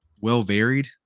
well-varied